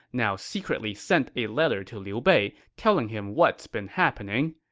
now secretly sent a letter to liu bei telling him what's been happening.